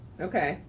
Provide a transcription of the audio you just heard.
okay,